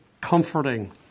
comforting